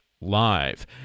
live